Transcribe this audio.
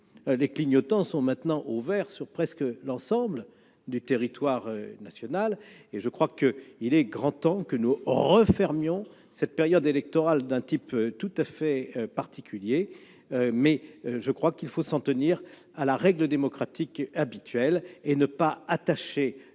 les clignotants sont désormais au vert sur l'ensemble du territoire national ou presque. Il est grand temps que nous refermions cette période électorale d'un type tout à fait particulier. Il faut s'en tenir à la règle démocratique habituelle et ne pas tirer